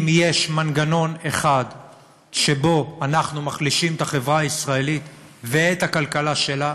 אם יש מנגנון אחד שבו אנחנו מחלישים את החברה הישראלית ואת הכלכלה שלה,